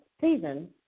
Season